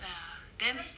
ya then